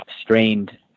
strained